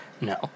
No